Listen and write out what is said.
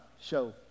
show